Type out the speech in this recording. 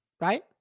right